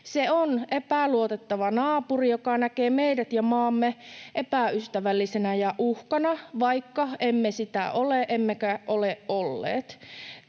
Se on epäluotettava naapuri, joka näkee meidät ja maamme epäystävällisenä ja uhkana, vaikka emme sitä ole emmekä ole olleet.